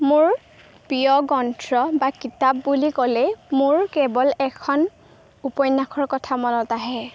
মোৰ প্ৰিয় গ্ৰন্থ বা কিতাপ বুলি ক'লে মোৰ কেৱল এখন উপন্যাসৰ কথা মনত আহে